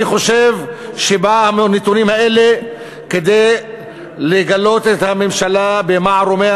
אני חושב שבאו הנתונים האלה כדי לגלות את הממשלה במערומיה